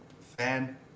fan